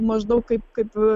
maždaug kaip kaip